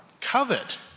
covet